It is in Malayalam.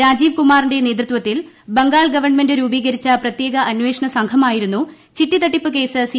രാജീവ് കുമാറിന്റെ നേതൃത്തിൽ ബം ഗാൾ ഗവൺമെന്റ് രൂപീകരിച്ച പ്രത്യേക അന്വേഷണസംഘമായിരുന്നു ചിട്ടി തട്ടിപ്പ് കേസ് സി